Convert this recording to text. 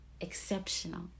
exceptional